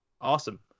awesome